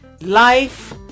Life